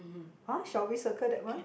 !huh! shall we circle that one